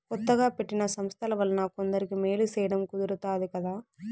కొత్తగా పెట్టిన సంస్థల వలన కొందరికి మేలు సేయడం కుదురుతాది కదా